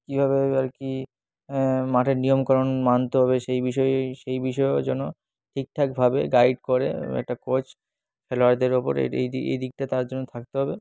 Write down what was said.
কীভাবে আর কি মাঠের নিয়ম কানুন মানতে হবে সেই বিষয়ে সেই বিষয়েও যেন ঠিকঠাকভাবে গাইড করে একটা কোচ খেলোয়াড়দের ওপর এই এই দিকটা তার জন্য থাকতে হবে